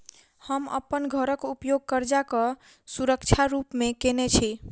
हम अप्पन घरक उपयोग करजाक सुरक्षा रूप मेँ केने छी